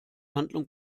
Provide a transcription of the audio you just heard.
handlung